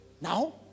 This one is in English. Now